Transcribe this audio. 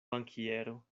bankiero